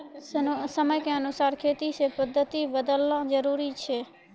समय रो अनुसार खेती रो पद्धति बदलना जरुरी छै